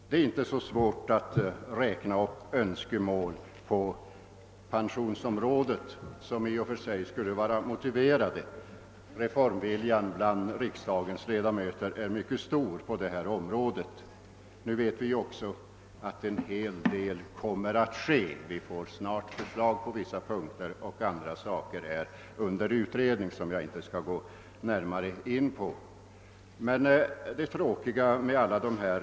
Det är inte så svårt att räkna upp Öönskemål på pensionsområdet, vilka i och för sig skulle vara motiverade; reformviljan bland riksdagens ledamöter är mycket stor på detta område. Nu vet man också att en hel del kommer att ske. Vi har snart att emotse förslag på vissa punkter, och andra saker, vilka jag inte närmare skall gå in på, är under utredning.